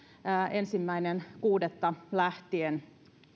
ensimmäinen kuudetta lähtien